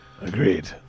Agreed